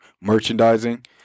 merchandising